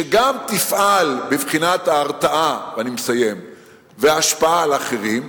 שגם תפעל בבחינת ההרתעה וההשפעה על אחרים,